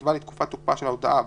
שנקבע לתקופת תוקפה של ההודעה - בטל,